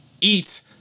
eat